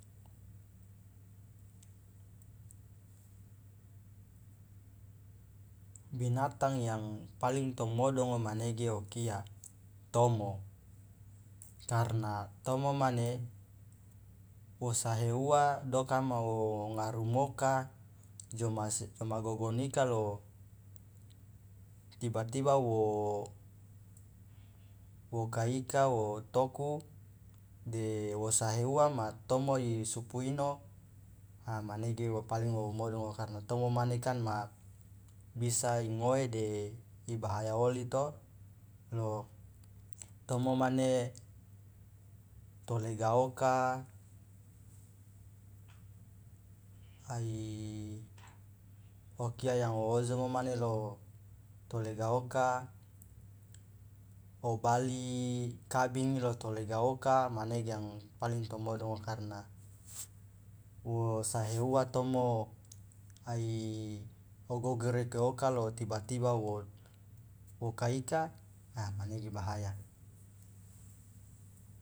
Bintang yang paling to modongo manege okia tomo karna tomo mane wo sahe uwa dokama o ngarumoka jomasi joma gogonika lo tiba tiba wo wo kaika wo toku de wo sahe uwa ma tomo isupu ino a manege wo paling wo modongo karna tomo mane kan ma bia ingoe de ibahaya oli to lo tomo mane tolega oka ai yang oojomo mane lo tolega oka wo bali kabingi lo to lega oka manege yang paling tomodongo karna wo sahe uwa tomo ai ogogere keoka lo tiba tiba wo wo kaika a manege bahasa.